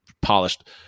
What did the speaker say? polished